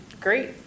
great